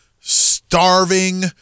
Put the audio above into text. starving